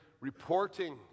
reporting